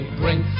bring